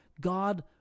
god